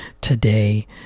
today